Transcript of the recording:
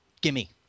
Gimme